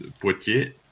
Poitiers